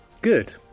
Good